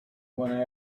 one